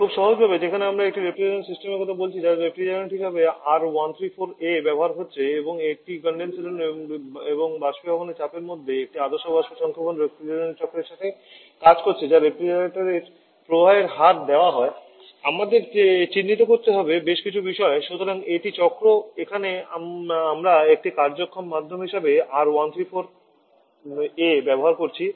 খুব সহজ ভাবে যেখানে আমরা একটি রেফ্রিজারেশন সিস্টেমের কথা বলছি যা রেফ্রিজারেন্ট হিসাবে R134a ব্যবহার করছে এবং একটি কনডেনসার এবং বাষ্পীভবনের চাপের মধ্যে একটি আদর্শ বাষ্প সংক্ষেপণ রেফ্রিজারেশন চক্রের সাথে কাজ করছে যা রেফ্রিজারেটরের প্রবাহের হার দেওয়া হয় এবং আমাদের চিহ্নিত করতে হবে বেশ কিছু বিষয় সুতরাং এটি চক্র এখানে আমরা একটি কার্য ক্ষম মাধ্যম হিসাবে R134a ব্যবহার করছি